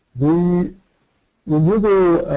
the renewable